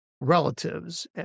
relatives